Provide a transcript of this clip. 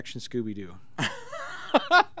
Scooby-Doo